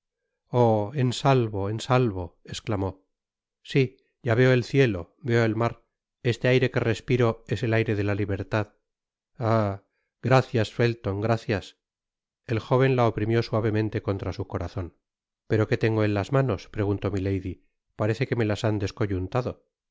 en salvo en salvo esclamó sí ya veo el cielo veo el mar este aire que respiro es el aire de la libertad ah gracias felton gracias el joven la oprimió suavemente contra su corazon pero qué tengo en las manos pregunto milady parece que me las han